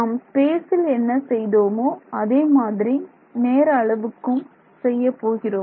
நாம் ஸ்பேசில் என்ன செய்தோமோ அதே மாதிரி நேர அளவுக்கும் நாம் செய்யப் போகிறோம்